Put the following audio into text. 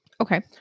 okay